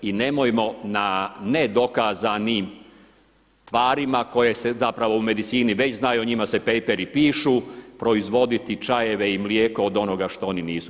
I nemojmo na nedokazanim tvarima koje se zapravo u medicini već znaju, o njima se paperi pišu proizvoditi čajeve i mlijeko od onoga što oni nisu.